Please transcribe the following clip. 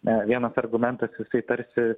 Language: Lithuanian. na vienas argumentas jisai tarsi